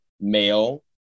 male